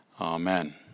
Amen